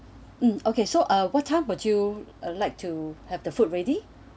um okay so uh what time would you like to have the food ready